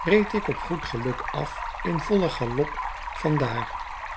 reed ik op goed geluk af in vollen galop van